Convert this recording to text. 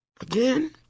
again